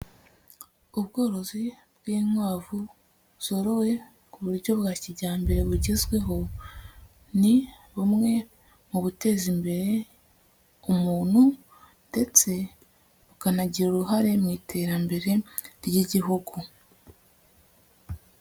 Ubworozi bw'inkwavu zorowe ku buryo bwa kijyambere bugezweho, ni bumwe mu buteza imbere umuntu ndetse bukanagira uruhare mu iterambere ry'igihugu.